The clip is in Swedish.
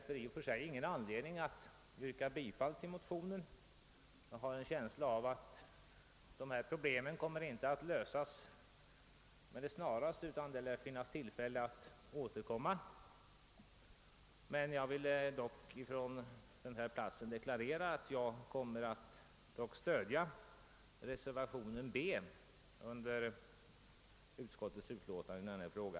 Jag finner därför ingen anledning att yrka bifall till motionsparet I: 598 och II: 746; jag har en känsla av att problemen inte kommer att lösas med det snaraste utan att det lär bli tillfälle att återkomma. Dock vill jag deklarera att jag kommer att stödja reservationen b av herr Ivar Johansson m.fl.